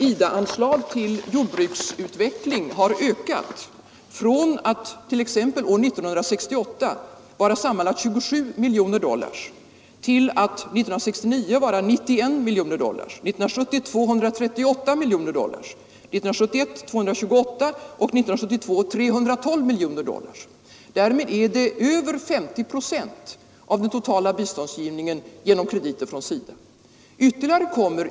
IDA-anslagen till jordbruksutvecklingen har ökat från sammanlagt 27 miljoner dollar år 1968 till 91 miljoner dollar år 1969, 238 miljoner dollar år 1970, 228 miljoner dollar år 1971 och 312 miljoner dollar år 1972. Därmed går över 50 procent av den totala kreditgivningen från IDA till jordbruket.